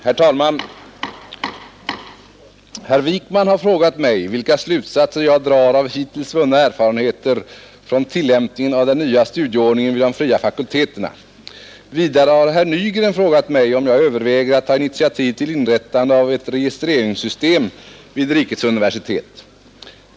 Herr talman! Herr Wijkman har frågat mig, vilka slutsatser jag drar av hittills vunna erfarenheter från tillämpningen av den nya studieordningen vid de fria fakulteterna. Vidare har herr Nygren frågat mig, om jag överväger att ta initiativ till inrättande av ett registreringssystem vid rikets universitet.